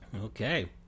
okay